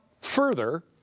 further